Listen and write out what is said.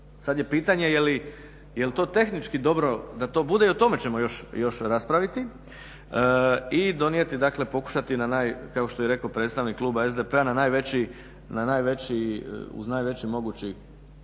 Sad je pitanje je li to tehnički dobro da to bude i o tome ćemo još raspraviti i donijeti, dakle pokušati na naj, kao što je rekao predstavnik Kluba SDp-a na najveći, uz najveći mogući